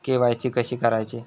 KYC कशी करायची?